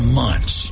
months